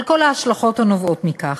על כל ההשלכות הנובעות מכך.